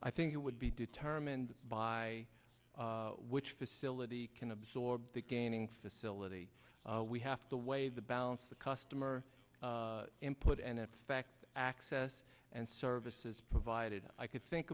i think it would be determined by which facility can absorb the gaining facility we have to weigh the balance the customer input and in fact access and services provided i could think